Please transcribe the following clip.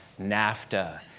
NAFTA